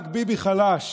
רק ביבי חלש